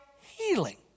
healing